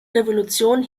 revolution